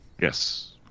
Yes